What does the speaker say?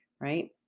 right